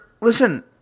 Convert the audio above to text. listen